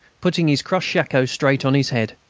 putting his crushed shako straight on his head.